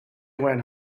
went